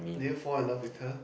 did you fall in love with her